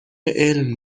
علم